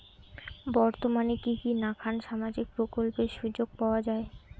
বর্তমানে কি কি নাখান সামাজিক প্রকল্পের সুযোগ পাওয়া যায়?